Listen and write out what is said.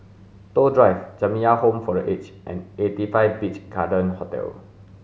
Toh Drive Jamiyah Home for the Aged and eighty five Beach Garden Hotel